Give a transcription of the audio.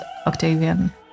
Octavian